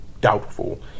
doubtful